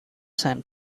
sand